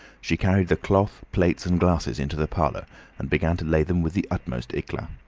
she carried the cloth, plates, and glasses into the parlour and began to lay them with the utmost eclat.